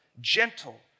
gentle